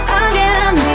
again